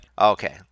Okay